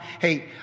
Hey